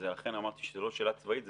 אכן אמרתי שזו לא שאלה צבאית,